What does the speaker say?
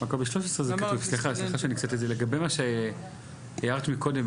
לגבי מה שהערת קודם,